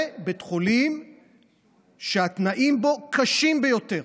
זה בית חולים שהתנאים בו קשים ביותר.